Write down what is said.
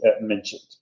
mentioned